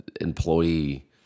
employee